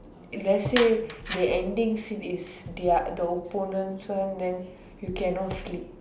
let's say the ending scene is their the opponents one then you cannot sleep